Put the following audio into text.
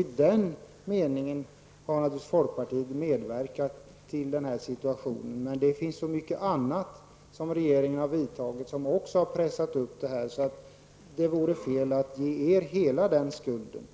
I den meningen har folkpartiet medverkat till den nu uppkomna situationen. Men det finns så många andra åtgärder som regeringen har vidtagit som också har pressat upp dessa, och det vore därför fel att ge er hela skulden.